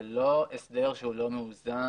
זה לא הסדר שהוא לא מאוזן.